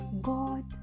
God